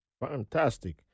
Fantastic